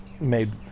made